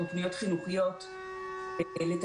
חלק מתוכנית חינוך קבועה בכל בתי הספר,